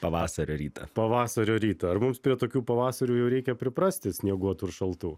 pavasario rytą pavasario rytą ar mums prie tokių pavasarių jau reikia priprasti snieguotų ir šaltų